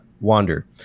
Wander